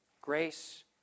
Grace